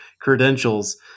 credentials